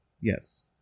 Yes